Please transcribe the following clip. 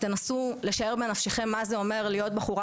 תנסו לשער בנפשכם מה זה אומר להיות בחורה